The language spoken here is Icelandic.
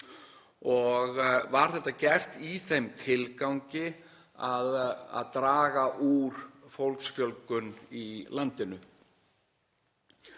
og var þetta gert í þeim tilgangi að draga úr fólksfjölgun í landinu.